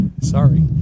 Sorry